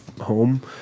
Home